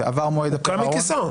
ועבר מועד הפירעון --- הוא קם מכיסאו.